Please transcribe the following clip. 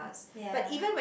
ya